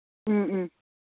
ꯎꯝ ꯎꯝ